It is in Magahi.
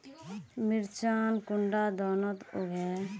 मिर्चान कुंडा दिनोत उगैहे?